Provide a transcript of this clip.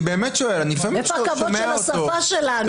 איפה הכבוד שלו לשפה שלנו?